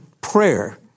Prayer